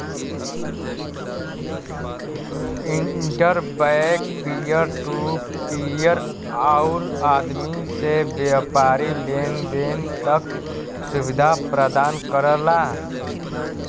inter bank peer to peer आउर आदमी से व्यापारी लेन देन क सुविधा प्रदान करला